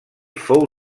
fou